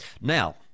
Now